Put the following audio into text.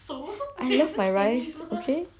I love my rice okay